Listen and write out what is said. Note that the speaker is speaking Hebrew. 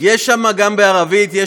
תאמינו לי,